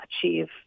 achieve